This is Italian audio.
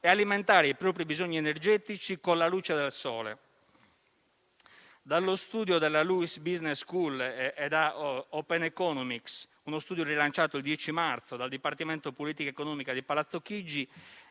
e alimentare i propri bisogni energetici con la luce del sole. Dallo studio della Luiss Business School e da OpenEconomics, uno studio rilanciato il 10 marzo dal Dipartimento politiche economiche di Palazzo Chigi,